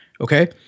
okay